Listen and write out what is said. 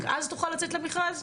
רק אז תוכל לצאת למכרז?